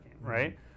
right